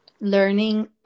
learning